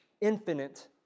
infinite